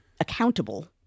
accountable